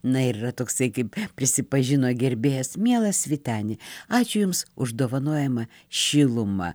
na ir yra toksai kaip prisipažino gerbėjas mielas vyteni ačiū jums už dovanojamą šilumą